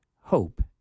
hope